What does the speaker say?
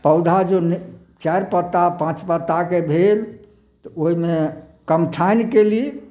पौधा जँ ओहिमे चारि पत्ता पाँच पत्ताके भेल तऽ ओहिमे कमठाइन केली